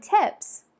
tips